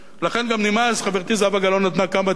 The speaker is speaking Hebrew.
לכן, גם נמאס, חברתי זהבה גלאון נתנה כמה טיפים